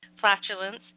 flatulence